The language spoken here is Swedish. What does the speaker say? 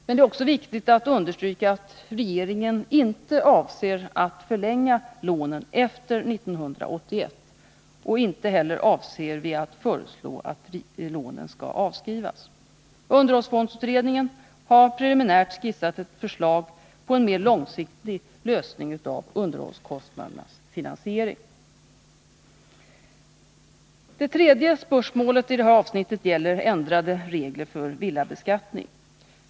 Det är också viktigt att understryka att regeringen inte avser att förlänga lånen efter 1981. Inte heller avser vi att föreslå att lånen skall avskrivas. Underhållsfondsutredningen har preliminärt skissat ett förslag på en mer långsiktig lösning av underhållskostnadernas finansiering. Det tredje spörsmålet i detta avsnitt gäller ändrade regler för villabeskattning.